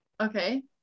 Okay